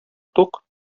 тук